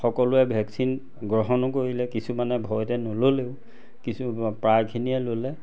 সকলোৱে ভেকচিন গ্ৰহণো কৰিলে কিছুমানে ভয়তে নল'লেও কিছুমান প্ৰায়খিনিয়ে ল'লে